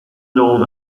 known